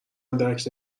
درک